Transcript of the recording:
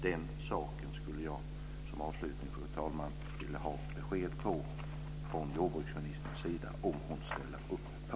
Den saken skulle jag avslutningsvis, fru talman, vilja ha besked från jordbruksministerns sida om hon ställer upp på.